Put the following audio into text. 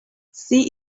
see